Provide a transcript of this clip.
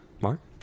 Mark